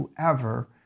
whoever